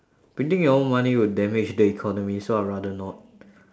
printing your own money would damage the economy so I'd rather not